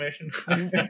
information